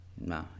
No